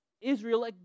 Israel